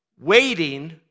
waiting